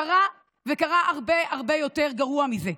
קרה, וקרה הרבה הרבה יותר גרוע מזה.